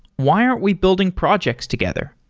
why aren't we building projects together?